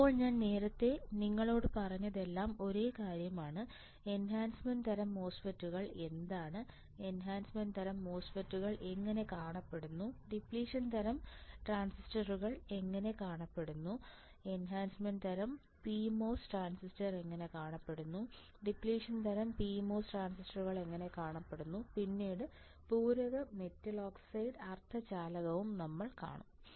ഇപ്പോൾ ഞാൻ നേരത്തെ നിങ്ങളോട് പറഞ്ഞതെല്ലാം ഒരേ കാര്യമാണ് എൻഹാൻസ്മെൻറ് തരം ട്രാൻസിസ്റ്ററുകൾ എന്താണ് എൻഹാൻസ്മെൻറ് തരം ട്രാൻസിസ്റ്ററുകൾ എങ്ങനെ കാണപ്പെടുന്നു ഡിപ്ലിഷൻ തരം ട്രാൻസിസ്റ്ററുകൾ എങ്ങനെ കാണപ്പെടുന്നു എൻഹാൻസ്മെൻറ് തരം പി മോസ് ട്രാൻസിസ്റ്റർ എങ്ങനെ കാണപ്പെടുന്നു ഡിപ്ലിഷൻ തരം പി മോസ് ട്രാൻസിസ്റ്റർ എങ്ങനെ കാണപ്പെടുന്നു പിന്നീട് പൂരക മെറ്റൽ ഓക്സൈഡ് അർദ്ധചാലകവും നമ്മൾ കാണും